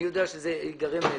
אני יודע שייגרם נזק.